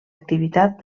activitat